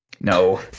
No